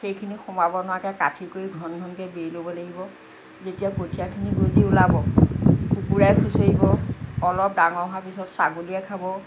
সেইখিনি সোমাব নোৱাৰাকৈ কাঠি কৰি ঘন ঘনকৈ বেৰি ল'ব লাগিব যেতিয়া কঠীয়াখিনি গজি ওলাব কুকুৰাই খুঁচৰিব অলপ ডাঙৰ হোৱাৰ পিছত ছাগলীয়ে খাব